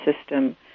system